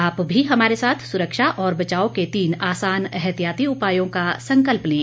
आप भी हमारे साथ सुरक्षा और बचाव के तीन आसान एहतियाती उपायों का संकल्प लें